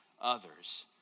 others